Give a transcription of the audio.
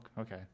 Okay